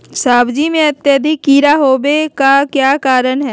सब्जी में अत्यधिक कीड़ा होने का क्या कारण हैं?